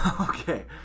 Okay